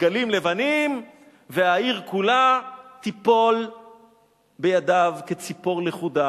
דגלים לבנים והעיר כולה תיפול בידיו כציפור לכודה,